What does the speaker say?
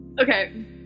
Okay